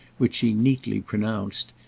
which she neatly pronounced,